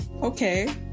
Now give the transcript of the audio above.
Okay